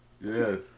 yes